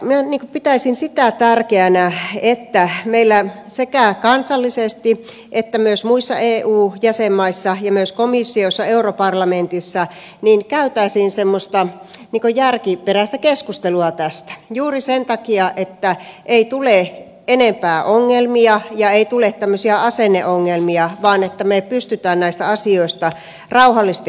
minä pitäisin sitä tärkeänä että sekä meillä kansallisesti että myös muissa eu jäsenmaissa ja myös komissiossa europarlamentissa käytäisiin semmoista järkiperäistä keskustelua tästä juuri sen takia että ei tule enempää ongelmia ja ei tule tämmöisiä asenneongelmia vaan me pystymme näistä asioista rauhallisesti keskustelemaan